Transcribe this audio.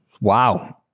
wow